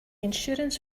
insurance